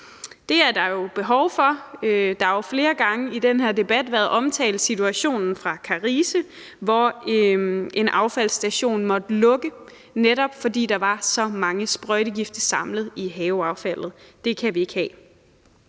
det er der behov for. Der har jo flere gange i den her debat været omtalt situationen fra Karise, hvor en affaldsstation måtte lukke, netop fordi der var så mange sprøjtegifte samlet i haveaffaldet – det kan vi ikke have.